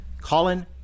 Colin